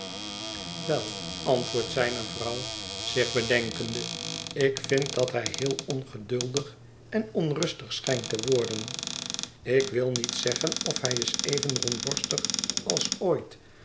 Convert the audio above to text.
wel antwoordt zijne vrouw zich bedenkende ik vind dat hij heel ongeduldig en onrustig schijnt te worden ik wil niet zeggen of hij is even rondborstig als ooit